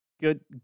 Good